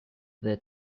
the